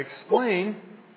explain